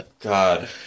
god